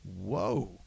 whoa